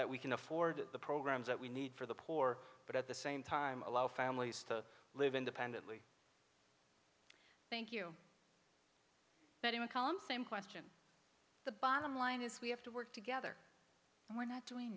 that we can afford the programs that we need for the poor but at the same time allow families to live independently thank you but in a column same question the bottom line is we have to work together and we're not doing